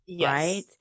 right